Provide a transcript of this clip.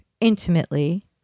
intimately